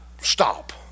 stop